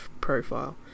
profile